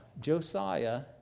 Josiah